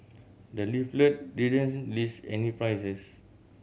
the leaflet didn't list any prices